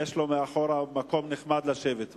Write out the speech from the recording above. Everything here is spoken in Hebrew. יש לו מאחור מקום נחמד לשבת בו.